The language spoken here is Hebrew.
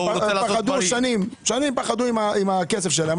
הם פחדו שנים עם הכסף שלהם,